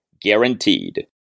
guaranteed